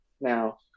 now